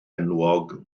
enwog